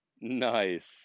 Nice